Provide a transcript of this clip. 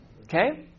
Okay